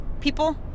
people